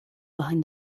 behind